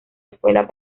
escuelas